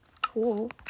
Cool